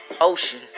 Ocean